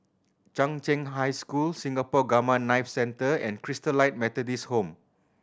Chung Cheng High School Singapore Gamma Knife Centre and Christalite Methodist Home